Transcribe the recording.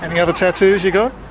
any other tattoos you've got?